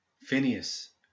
Phineas